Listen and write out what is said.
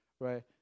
right